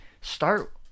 start